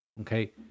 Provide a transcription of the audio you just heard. okay